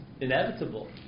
inevitable